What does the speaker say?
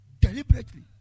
deliberately